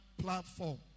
platform